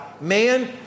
man